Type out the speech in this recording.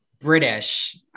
British